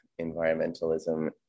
environmentalism